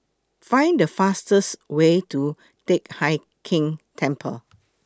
Find The fastest Way to Teck Hai Keng Temple